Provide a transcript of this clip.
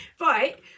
right